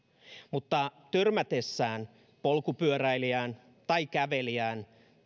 turvallisempi eli törmätessään polkupyöräilijään tai kävelijään